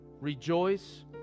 rejoice